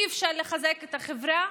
אי-אפשר לחזק את החברה.